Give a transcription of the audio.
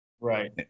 Right